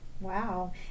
Wow